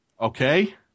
Okay